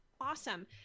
awesome